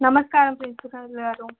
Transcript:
నమస్కారం ప్రిన్సిపల్ గారు